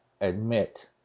admit